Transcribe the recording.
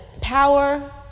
power